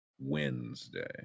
Wednesday